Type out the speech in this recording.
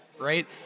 right